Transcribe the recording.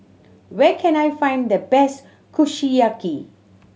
where can I find the best Kushiyaki